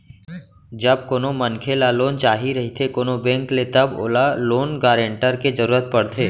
जब कोनो मनखे ल लोन चाही रहिथे कोनो बेंक ले तब ओला लोन गारेंटर के जरुरत पड़थे